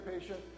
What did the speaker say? patient